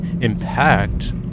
impact